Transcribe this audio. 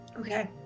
Okay